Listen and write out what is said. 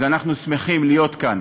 אז אנחנו שמחים להיות כאן